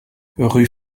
rue